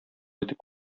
итеп